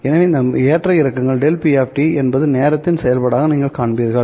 எனவே இந்த ஏற்ற இறக்கங்கள் ΔP என்பது நேரத்தின் செயல்பாடாக நீங்கள் காண்பீர்கள்